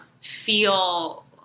feel